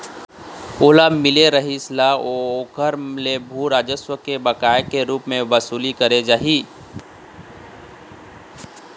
ओला मिले रासि ल ओखर ले भू राजस्व के बकाया के रुप म बसूली करे जाही